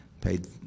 Paid